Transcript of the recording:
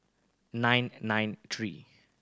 nine nine three